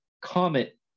comet